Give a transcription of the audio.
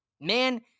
man